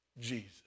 Jesus